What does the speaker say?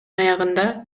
аягында